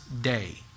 day